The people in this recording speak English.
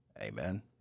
Amen